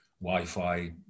Wi-Fi